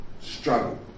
Struggle